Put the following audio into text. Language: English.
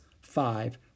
Five